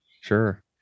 Sure